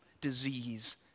disease